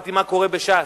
שמעתי מה קורה בש"ס.